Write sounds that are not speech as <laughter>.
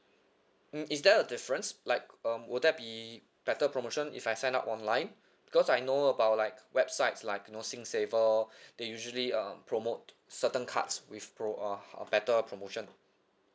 mm is there a difference like um would there be better promotion if I sign up online because I know about like websites like know singsaver <breath> they usually um promote certain cards with pro~ uh better promotion